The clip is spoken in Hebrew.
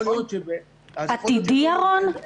עתידי, ירון?